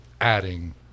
adding